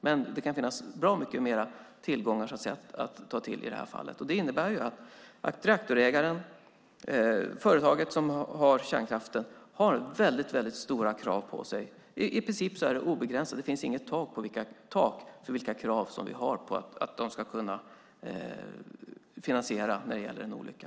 Men det kan finnas bra mycket mer tillgångar att ta till i det här fallet. Det innebär att reaktorägaren, företaget som har kärnkraften, har väldigt stora krav på sig. I princip är det obegränsat, det finns inget tak för vilka krav som vi ska kunna ha på att de ska kunna ersätta vid en olycka.